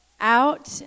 out